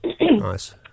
Nice